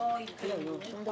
שבעצם לא התקיימו.